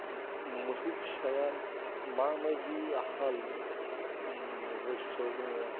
मोसौ फिसाया माबायदि हाल अबस्थायाव दङ